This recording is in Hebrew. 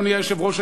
אדוני היושב-ראש,